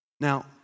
Now